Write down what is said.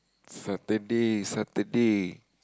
Saturday Saturday